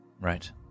Right